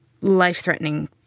life-threatening